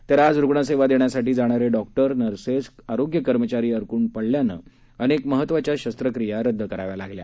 तर आज रूग्णसेवा देण्यासाठी जाणारे डॉक्टर्स नर्सेस आरोग्य कर्मचारी अडकून पडल्याने अनेक महत्वाच्या शस्त्रक्रिया रद्द कराव्या लागल्या